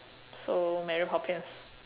so mary poppins